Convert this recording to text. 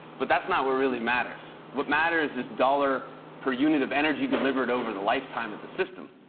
but that's not what really matters. what matters is dollar per unit of energy delivered over the lifetime of the system.